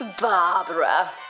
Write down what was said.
Barbara